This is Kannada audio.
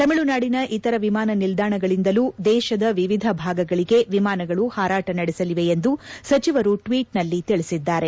ತಮಿಳುನಾಡಿನ ಇತರ ವಿಮಾನ ನಿಲ್ದಾಣಗಳಿಂದಲೂ ದೇತದ ವಿವಿಧ ಭಾಗಗಳಿಗೆ ವಿಮಾನಗಳು ಹಾರಾಟ ನಡೆಸಲಿವೆ ಎಂದು ಸಚಿವರು ಟ್ವೀಟ್ನಲ್ಲಿ ತಿಳಿಸಿದ್ದಾರೆ